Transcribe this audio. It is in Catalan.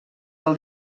del